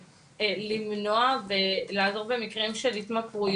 החליטו בממשלה על תוכנית הקמת מתקנים,